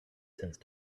since